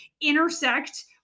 intersect